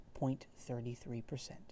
0.33%